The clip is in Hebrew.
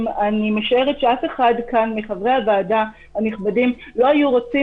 אני משערת שאף אחד כאן מחברי הוועדה הנכבדים לא היו רוצה